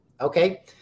Okay